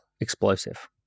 explosive